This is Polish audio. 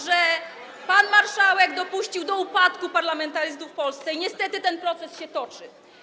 że pan marszałek dopuścił do upadku parlamentaryzmu w Polsce i niestety ten proces się toczy.